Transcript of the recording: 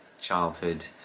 childhood